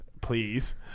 please